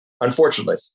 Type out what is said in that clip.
unfortunately